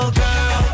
girl